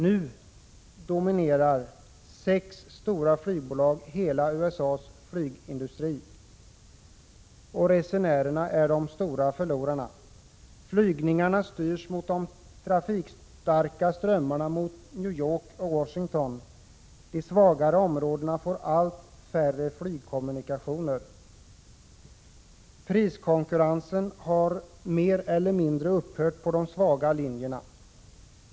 Nu dominerar sex stora flygbolag hela USA:s flygindustri. Resenärerna är de stora förlorarna. Flygningarna styrs mot de trafikstarka strömmarna, mot New York och Washington. De svagare områdena får allt färre flygkommunikationer. Priskonkurrensen har mer eller mindre upphört på de svaga linjerna.